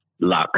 luck